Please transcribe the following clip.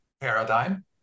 paradigm